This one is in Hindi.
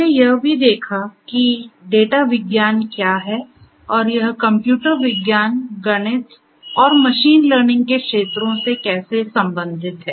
हमने यह भी देखा है कि डेटा विज्ञान क्या है और यह कंप्यूटर विज्ञान गणित और मशीन लर्निंग के क्षेत्रों से कैसे संबंधित है